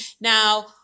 Now